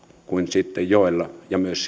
kuin joella ja myös